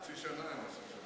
חצי שנה הם עשו את המשתה.